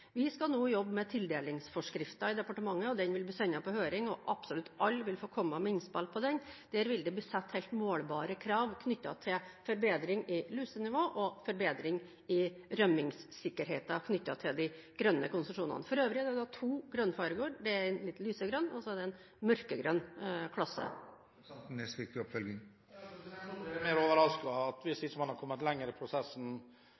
Vi skal nå jobbe med tildelingsforskriften i departementet. Den vil bli sendt på høring, og absolutt alle vil få komme med innspill til den. Der vil det bli satt helt målbare krav knyttet til forbedring i lusenivå og forbedring i rømmingssikkerheten når det gjelder de grønne konsesjonene. For øvrig finnes det to grønnfarger. Det er en litt lysegrønn, og så er det en mørkegrønn klasse. Nå blir jeg overrasket hvis man ikke er kommet lenger i prosessen. Det som er tilfellet her, er rett og slett at